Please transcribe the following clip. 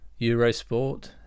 Eurosport